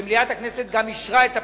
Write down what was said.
וגם מליאת הכנסת אישרה את הפיצול.